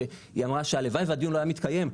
שהיא אמרה שהלוואי והדיון לא היה מתקיים.